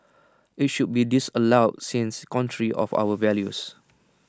IT should be disallowed since contrary of our values